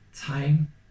time